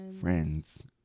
Friends